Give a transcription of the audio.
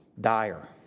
dire